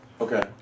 Okay